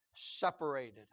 Separated